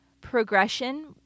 progression